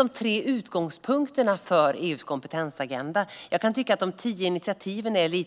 De tre utgångspunkterna för EU:s kompetensagenda har redan nämnts. Jag kan tycka att det är svårt att se de tio initiativen